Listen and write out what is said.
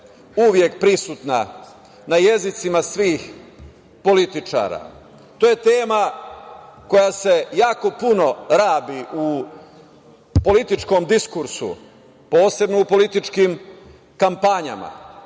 uvek prisutna na jezicima svih političara. To je tema koja se jako puno rabi u političkom diskursu, posebno u političkim kampanjama.